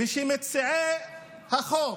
וכשמציעי החוק